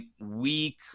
week